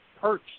perch